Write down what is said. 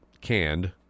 canned